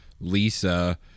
lisa